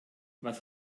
was